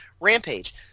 Rampage